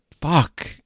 fuck